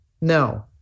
No